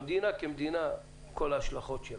גם המדינה כמדינה על כל ההשלכות שלה.